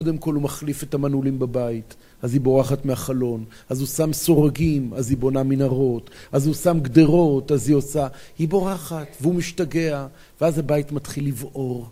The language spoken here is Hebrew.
קודם כל הוא מחליף את המנעולים בבית, אז היא בורחת מהחלון, אז הוא שם סורגים, אז היא בונה מנהרות, אז הוא שם גדרות, אז היא עושה... היא בורחת והוא משתגע, ואז הבית מתחיל לבעור.